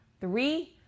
Three